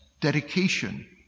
dedication